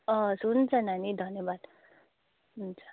हस् हुन्छ नानी धन्यवाद हुन्छ